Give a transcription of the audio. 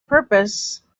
purpose